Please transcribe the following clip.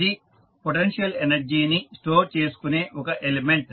ఇది potential energy ని store చేసుకునే ఒక ఎలిమెంట్